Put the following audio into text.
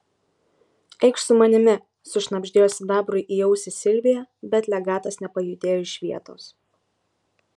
eikš su manimi sušnabždėjo sidabrui į ausį silvija bet legatas nepajudėjo iš vietos